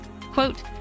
Quote